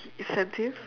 incentive